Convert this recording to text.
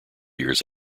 years